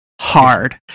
hard